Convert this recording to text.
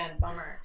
bummer